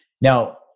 Now